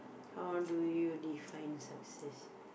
how do you define success